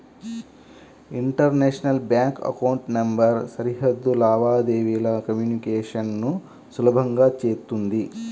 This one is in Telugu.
ఇంటర్నేషనల్ బ్యాంక్ అకౌంట్ నంబర్ సరిహద్దు లావాదేవీల కమ్యూనికేషన్ ను సులభతరం చేత్తుంది